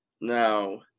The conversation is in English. Now